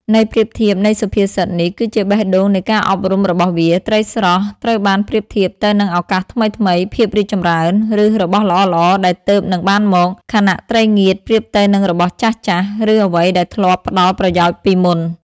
ន័យប្រៀបធៀបនៃសុភាសិតនេះ គឺជាបេះដូងនៃការអប់រំរបស់វា ត្រីស្រស់ ត្រូវបានប្រៀបធៀបទៅនឹងឱកាសថ្មីៗ ភាពរីកចម្រើន ឬរបស់ល្អៗដែលទើបនឹងបានមក ខណៈ ត្រីងៀត ប្រៀបទៅនឹងរបស់ចាស់ៗ ឬអ្វីដែលធ្លាប់ផ្តល់ប្រយោជន៍ពីមុន។